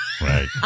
Right